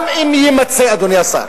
גם אם יימצא, אדוני השר,